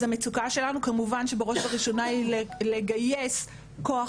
אז המצוקה שלנו כמובן שבראש ובראשונה היא לגייס כוח